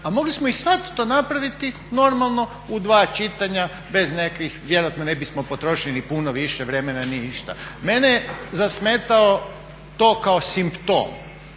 a mogli smo i sada to napraviti normalno u dva čitanja bez nekakvih, vjerojatno ne bismo potrošili ni puno više vremena ni išta. Mene je zasmetao to kao simptom,